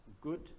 good